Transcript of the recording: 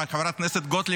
חברת הכנסת גוטליב,